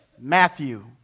Matthew